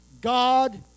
God